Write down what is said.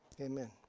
amen